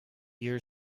your